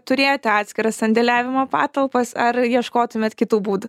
turėti atskiras sandėliavimo patalpas ar ieškotumėt kitų būdų